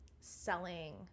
selling